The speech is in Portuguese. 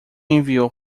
enviou